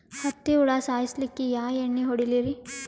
ಹತ್ತಿ ಹುಳ ಸಾಯ್ಸಲ್ಲಿಕ್ಕಿ ಯಾ ಎಣ್ಣಿ ಹೊಡಿಲಿರಿ?